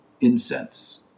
incense